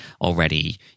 already